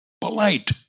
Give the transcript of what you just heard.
Polite